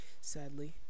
sadly